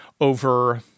over